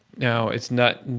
now it's not,